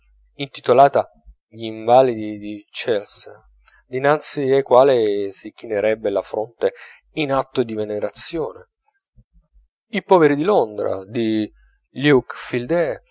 intitolata gl'invalidi di chelsea dinanzi ai quali si chinerebbe la fronte in atto di venerazione i poveri di londra di luke fildes che